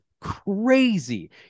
crazy